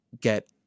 get